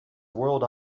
world